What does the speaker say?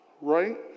right